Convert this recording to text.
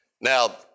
Now